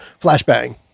flashbang